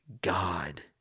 God